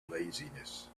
laziness